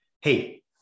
hey